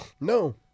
No